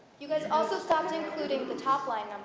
you also also stopped including the top line.